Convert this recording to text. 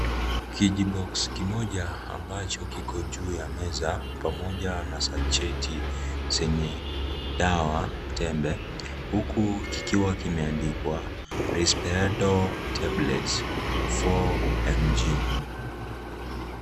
Kijiboksi kimoja ambacho kiko juu ya meza pamoja na sacheti zenye dawa tembe huku kikiwa kimeandikwa Rispedal tablets 4 mg .